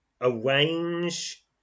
arrange